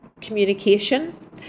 communication